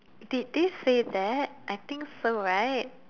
did they say that I think so right